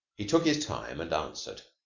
he took his time and answered.